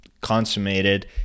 consummated